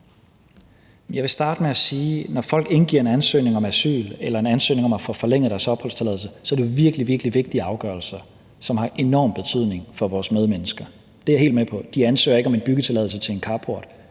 når folk indgiver en ansøgning om asyl eller en ansøgning om at få forlænget deres opholdstilladelse, er det virkelig, virkelig vigtige afgørelser, som har enorm betydning for vores medmennesker. Det er jeg helt med på. De ansøger ikke om en byggetilladelse til en carport.